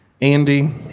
Andy